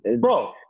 Bro